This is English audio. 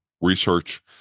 research